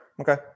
okay